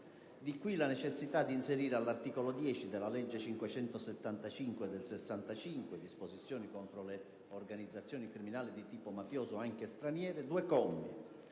Di qui la necessità di inserire, all'articolo 10 della legge 31 maggio 1965, n. 575, («Disposizioni contro le organizzazioni criminali di tipo mafioso, anche straniere»), due commi,